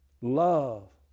Love